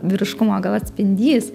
vyriškumo gal atspindys